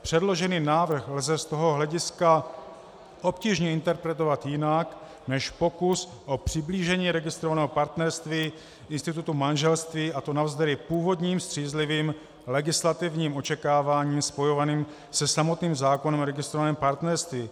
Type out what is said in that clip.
Předložený návrh lze z toho hlediska obtížně interpretovat jinak než jako pokus o přiblížení registrovaného partnerství institutu manželství, a to navzdory původním střízlivým legislativním očekáváním spojovaným se samotným zákonem o registrovaném partnerství.